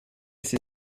sie